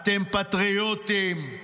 אתם פטריוטים,